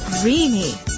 creamy